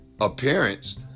appearance